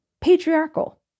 patriarchal